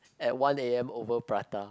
at one a_m over prata